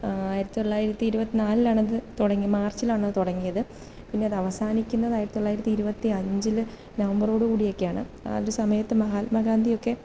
ആയിരത്തി തൊള്ളായിരത്തി ഇരുപത്തി നാലിനാണ് അത് തുടങ്ങിയത് മാർച്ചിലാണത് തുടങ്ങിയത് പിന്നെ അത് അവസാനിക്കുന്നത് ആയിരത്തി തൊള്ളായിരത്തി ഇരുപത്തഞ്ചിൽ നവംബറോടു കൂടിയൊക്കെയാണ് ആ ഒരു സമയത്ത് മഹാത്മാഗാന്ധി ഒക്കെ